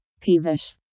peevish